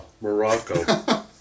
Morocco